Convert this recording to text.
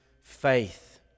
faith